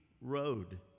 road